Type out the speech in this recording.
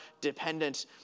dependent